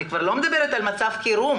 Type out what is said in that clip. אני כבר לא מדברת על מצב חירום.